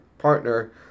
partner